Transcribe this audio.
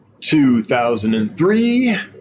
2003